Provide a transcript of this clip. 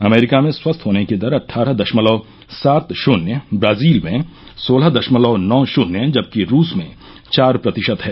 America में स्वस्थ होने की दर अट्ठारह दशमलव सात शून्य ब्राजील में सोलह दशमलव नौ शून्य जबकि रूस में चार प्रतिशत है